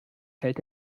fällt